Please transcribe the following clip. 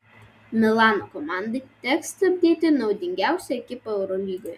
milano komandai teks stabdyti naudingiausią ekipą eurolygoje